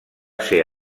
ser